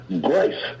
grace